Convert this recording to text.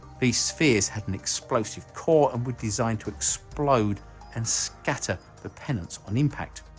these spheres had an explosive core and were designed to explode and scatter the pennants on impact.